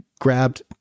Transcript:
grabbed